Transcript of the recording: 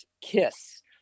kiss